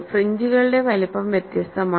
ഫ്രിൻജുകളുടെ വലുപ്പം വ്യത്യസ്തമാണ്